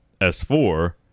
S4